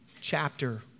chapter